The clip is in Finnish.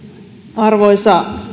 arvoisa